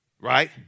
right